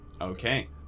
Okay